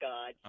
God